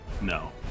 No